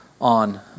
on